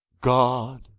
God